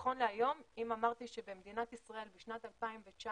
נכון להיום, אם אמרתי שבמדינת ישראל בשנת 2019